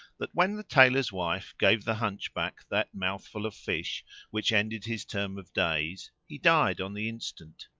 that when the tailor's wife gave the hunchback that mouthful of fish which ended his term of days he died on the instant.